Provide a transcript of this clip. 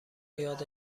یاد